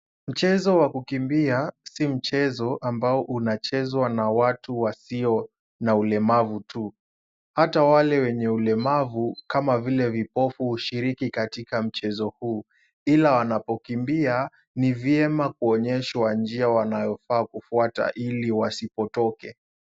Mchezo wa kukimbia si mchezo ambao unachezwa na watu wasio na ulemavu tu. Hata wale wenye ulemavu kama vile vipofu hushiriki katika mchezo huu ila wanapokimbia, ni vyema kuonyeshwa njia wanayofaa kufuata ili wasipotoke.